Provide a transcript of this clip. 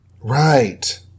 Right